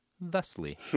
thusly